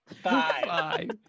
Five